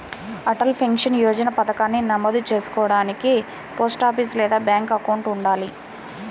Atal Pension Yojana పథకానికి నమోదు చేసుకోడానికి పోస్టాఫీస్ లేదా బ్యాంక్ అకౌంట్ ఉండాలి